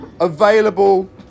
available